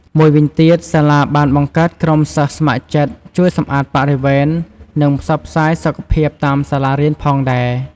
មួយវិញទៀត សាលាបានការបង្កើតក្រុមសិស្សស្ម័គ្រចិត្តជួយសម្អាតបរិវេណ និងផ្សព្វផ្សាយសុខភាពតាមសាលារៀនផងដែរ។